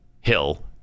Hill